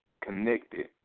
connected